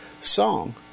song